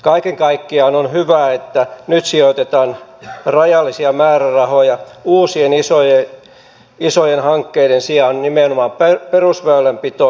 kaiken kaikkiaan on hyvä että nyt sijoitetaan rajallisia määrärahoja uusien isojen hankkeiden sijaan nimenomaan perusväylänpitoon